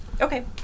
Okay